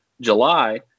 July